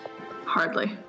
Hardly